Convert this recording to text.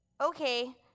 Okay